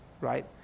Right